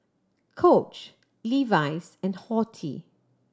Coach Levi's and Horti